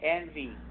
envy